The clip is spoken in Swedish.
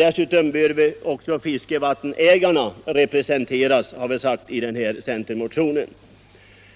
Dessutom bör fiskevattenägarna representeras, har vi sagt i centermotionen.